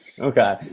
Okay